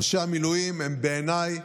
אנשי המילואים הם בעיניי